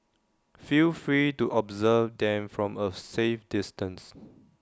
feel free to observe them from A safe distance